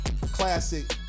classic